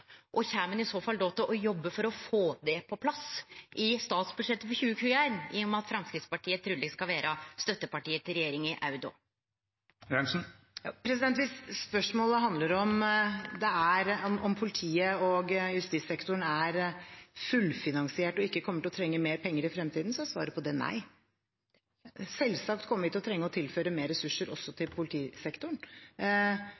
Kjem ein i så fall til å jobbe for å få det på plass i statsbudsjettet for 2021, i og med at Framstegspartiet truleg skal vere støttepartiet til regjeringa òg då? Hvis spørsmålet handler om politiet og justissektoren er fullfinansiert og ikke kommer til å trenge mer penger i fremtiden, så er svaret på det nei. Selvsagt kommer vi til å trenge å tilføre mer ressurser også